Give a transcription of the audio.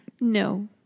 No